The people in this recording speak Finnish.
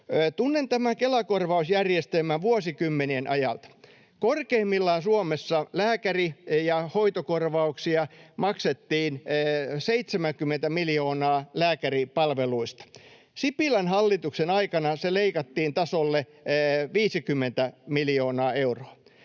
Tunnen tämän Kela-korvausjärjestelmän vuosikymmenien ajalta. Korkeimmillaan Suomessa lääkäri- ja hoitokorvauksia maksettiin 70 miljoonaa lääkäripalveluista. Sipilän hallituksen aikana se leikattiin tasolle 50 miljoonaa euroa.